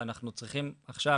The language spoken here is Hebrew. שאנחנו צריכים עכשיו,